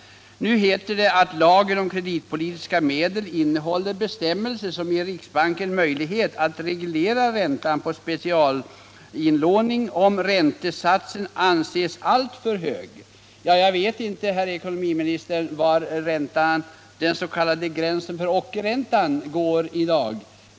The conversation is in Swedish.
Det heter också i svaret: ”Lagen om kreditpolitiska medel innehåller bestämmelser som ger riksbanken möjlignet att reglera räntan på specialinlåning, om räntenivån anses alltför hög.” Jag vet inte, herr ekonomiminister, var gränsen för s.k. ockerränta går i dag.